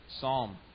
psalm